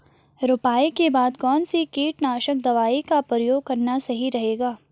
रुपाई के बाद कौन सी कीटनाशक दवाई का प्रयोग करना सही रहेगा?